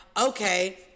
okay